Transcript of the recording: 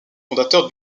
fondateur